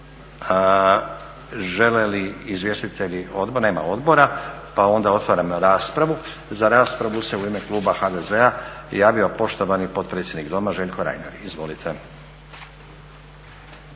Žele li izvjestitelji odbora? Nema odbora, pa onda otvaram raspravu. Za raspravu se u ime kluba HDZ-a javio poštovani potpredsjednik Doma Željko Reiner. Izvolite.